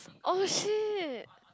oh shit